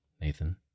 Nathan